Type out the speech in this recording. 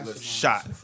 shot